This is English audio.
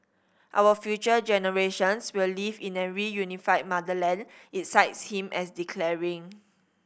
our future generations will live in a reunified motherland it cites him as declaring